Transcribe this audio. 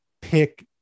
pick